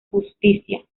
justicia